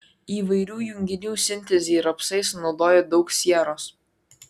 įvairių junginių sintezei rapsai sunaudoja daug sieros